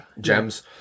Gems